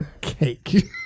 Cake